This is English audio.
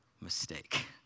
mistake